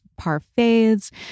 parfaits